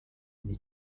n’i